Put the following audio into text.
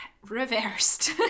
Reversed